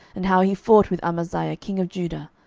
and how he fought with amaziah king of judah,